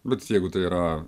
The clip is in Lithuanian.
bet jeigu tai yra